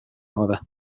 however